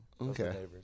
Okay